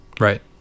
right